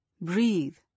Breathe